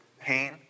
pain